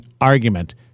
argument